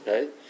Right